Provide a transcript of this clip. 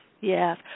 yes